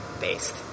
based